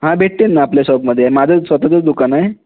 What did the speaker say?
हां भेटतील ना आपल्या शॉपमध्ये माझंच स्वतःचंच दुकान आहे